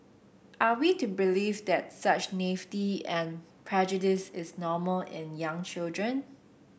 are we to believe that such naivety and prejudice is normal in young children